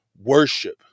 worship